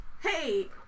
hey